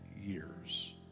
years